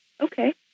Okay